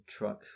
Truck